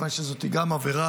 כיוון שזאת עבירה,